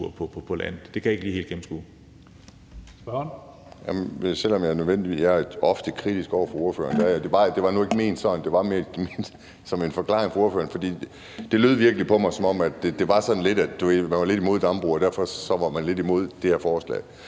Det kan jeg ikke lige helt gennemskue.